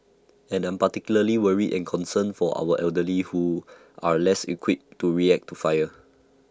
and I'm particularly worried and concerned for our elderly who are less equipped to react to fire